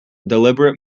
deliberate